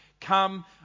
Come